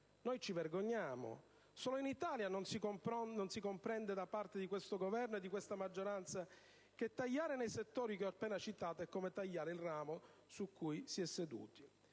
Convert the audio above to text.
Noi ci vergogniamo! Solo in Italia non si comprende, da parte di questo Governo e di questa maggioranza, che tagliare nei settori che ho citato è come tagliare il ramo su cui si è seduti.